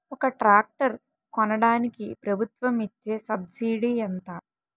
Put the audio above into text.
ఒక ట్రాక్టర్ కొనడానికి ప్రభుత్వం ఇచే సబ్సిడీ ఎంత?